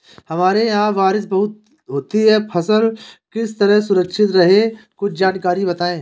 हमारे यहाँ बारिश बहुत होती है फसल किस तरह सुरक्षित रहे कुछ जानकारी बताएं?